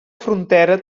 frontera